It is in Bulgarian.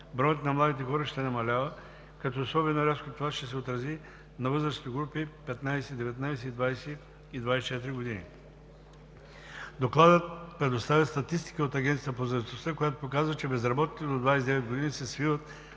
броят на младите хора ще намалява, като особено рязко това ще се отрази на възрастовите групи 15 – 19 години и 20 – 24 години. Докладът предоставя статистика от Агенцията по заетостта, която показва, че безработните до 29 години се свиват